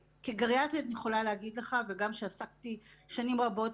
כגריאטרית אני יכולה להגיד לך וגם שעסקתי שנים רבות